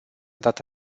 dat